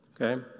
Okay